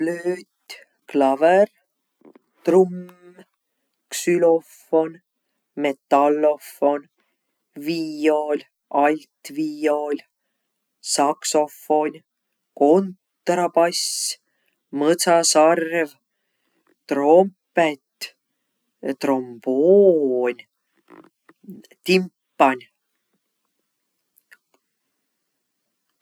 Flööt, klavõr, trumm, ksülofon, metallofon, viiol, altviiol, saksofon, kontrabass, mõtsasarv, trompet, tromboon, timpan.